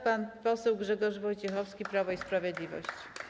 Pan poseł Grzegorz Wojciechowski, Prawo i Sprawiedliwość.